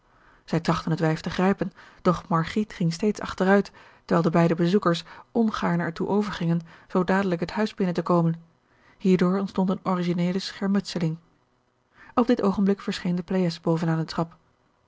zij trachtten het wijf te grijpen doch margriet ging steeds achteruit terwijl de beide bezoekers ongaarne er toe overgingen zoo dadelijk het huis binnen te komen hierdoor ontstond eene originele schermutseling op dit oogenblik verscheen de pleyes boven aan den trap